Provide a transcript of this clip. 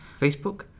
Facebook